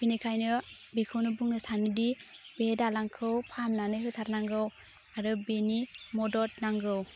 बेनिखायनो बेखौनो बुंनो सानोदि बे दालांखौ फाहामनानै होथारनांगौ आरो बिनि मदद नांगौ